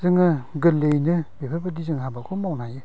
जोङो गोरलैयैनो बेफोरबायदि जों हाबाखौ मावनो हायो